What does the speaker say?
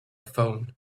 phone